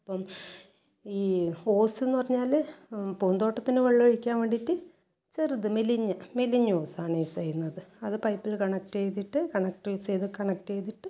അപ്പം ഈ ഓസ് എന്ന് പറഞ്ഞാൽ പൂന്തോട്ടത്തിന് വെള്ളം ഒഴിക്കാൻ വേണ്ടിയിട്ട് ചെറുത് മെലിഞ്ഞ മെലിഞ്ഞ ഓസ് ആണ് യൂസ് ചെയ്യുന്നത് അത് പൈപ്പിൽ കണക്റ്റ് ചെയ്തിട്ട് കണക്റ്റർ യൂസ് ചെയ്ത് കണക്റ്റ് ചെയ്തിട്ട്